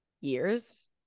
years